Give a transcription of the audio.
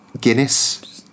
Guinness